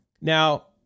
Now